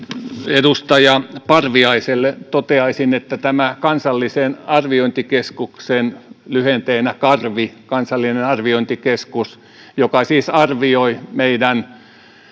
edustaja parviaiselle toteaisin että tämä kansallisen arviointikeskuksen lyhenteenä karvi kansallinen arviointikeskus joka siis arvioi meidän